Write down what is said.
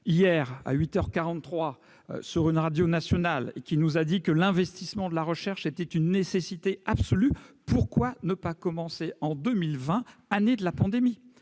heures 43 sur une radio nationale, que l'investissement dans la recherche est une nécessité absolue, pourquoi ne pas commencer en 2020, année de la pandémie ?